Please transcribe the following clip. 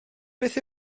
beth